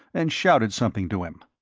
and shouted something to him.